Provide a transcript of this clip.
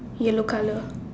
yellow colour